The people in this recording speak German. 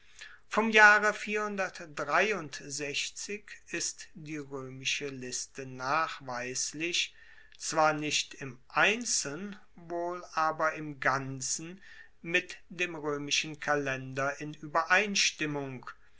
vom jahre ist die roemische liste nachweislich zwar nicht im einzelnen wohl aber im ganzen mit dem roemischen kalender in uebereinstimmung